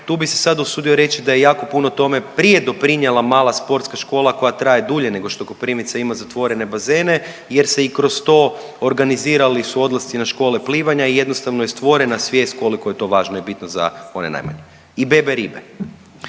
tu bi se sad usudio reći da je jako puno tome prije doprinijela mala sportska škola koja traje dulje nego što Koprivnica ima zatvorene bazene jer se i kroz to organizirali su odlasci na škole plivanja i jednostavno je stvorena svijest koliko je to važno i bitno za one najmanje. I bebe ribe.